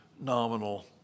nominal